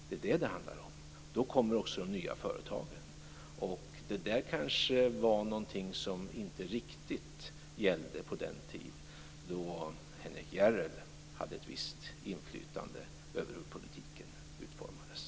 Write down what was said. Det är detta det handlar om, och då kommer också de nya företagen. Det där var något som kanske inte riktigt gällde då Henrik Järrel hade ett visst inflytande över hur politiken utformades.